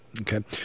Okay